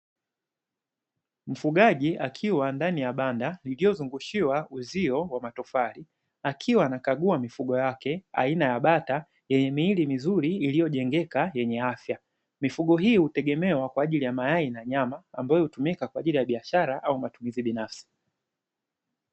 Mfugaji akiwa ndani ya banda lillilozungushiwa uzio wa matofali, akiwa anakagua mifugo yake aina ya bata yenye miili mizuri iliyojengeka yenye afya. Mifugo hiyo hutegemewa kwa ajili ya mayai na nyama, ambayo hutumika kwa ajili ya biashara au matumizi binafsi.